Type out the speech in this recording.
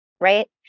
right